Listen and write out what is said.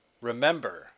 remember